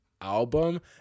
Album